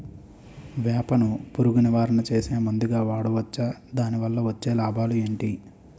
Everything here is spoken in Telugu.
వేప ను పురుగు నివారణ చేసే మందుగా వాడవచ్చా? దాని వల్ల వచ్చే లాభాలు ఏంటి?